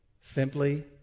Simply